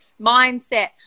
Mindset